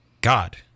God